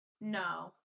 No